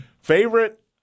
Favorite